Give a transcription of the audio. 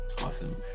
awesome